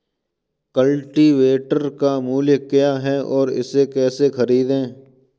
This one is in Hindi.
कल्टीवेटर का मूल्य क्या है और इसे कैसे खरीदें?